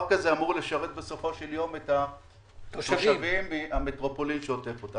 הפארק הזה אמור לשרת בסופו של יום את התושבים במטרופולין שעוטף אותו.